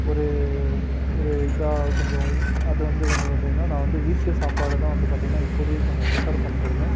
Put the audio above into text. ஒரு ஒரு இதாக கொஞ்சம் அது வந்து கொஞ்சம் பார்த்தீங்கன்னா நான் வந்து வீட்டு சாப்பாடு தான் வந்து பார்த்தீங்கன்னா இப்போதியிக் கொஞ்ச ப்ரிஃபர் பண்ணிட்டுருக்கேன்